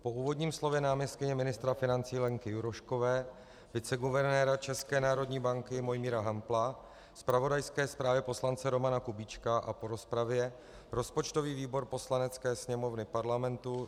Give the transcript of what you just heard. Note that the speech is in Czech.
Po úvodním slově náměstkyně ministra financí Lenky Juroškové, viceguvernéra České národní banky Mojmíra Hampla, zpravodajské zprávě poslance Romana Kubíčka a po rozpravě rozpočtový výbor Poslanecké sněmovny Parlamentu